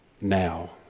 now